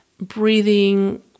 breathing